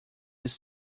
his